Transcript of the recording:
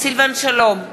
סילבן שלום,